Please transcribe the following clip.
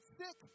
sick